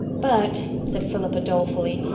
but, said philippa dolefully,